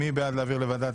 מי בעד הרוויזיה?